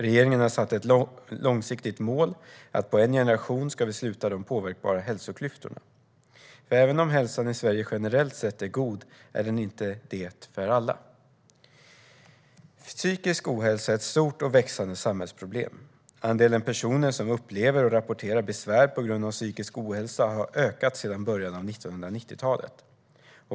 Regeringen har satt ett långsiktigt mål: På en generation ska vi sluta de påverkbara hälsoklyftorna. För även om hälsan i Sverige generellt sett är god är den inte det för alla. Psykisk ohälsa är ett stort och växande samhällsproblem. Andelen personer som upplever och rapporterar besvär på grund av psykisk ohälsa har ökat sedan början av 1990-talet.